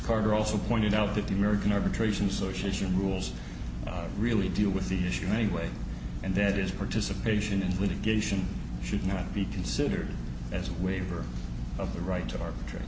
or also pointed out that the american arbitration socialisation rules really deal with the issue anyway and that is participation in litigation should not be considered as a waiver of the right to arbitra